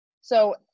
so-